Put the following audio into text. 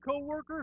coworkers